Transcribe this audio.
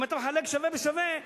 אם אתה מחלק שווה בשווה,